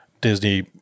Disney